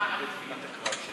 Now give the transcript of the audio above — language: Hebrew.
מה עתיד להיות?